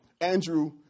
Andrew